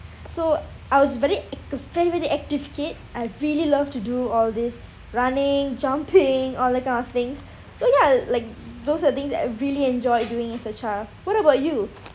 so I was very act~ I was very very active kid I really love to do all this running jumping all that kind of things so ya like those are the things that I really enjoy doing as a child what about you